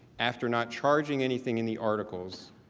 after not charging anything in the articles,